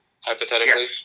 Hypothetically